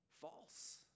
false